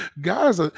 guys